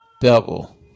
double